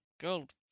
gold